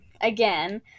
again